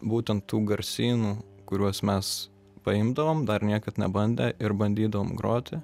būtent tų garsynų kuriuos mes paimdavom dar niekad nebandę ir bandydavom groti